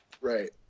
Right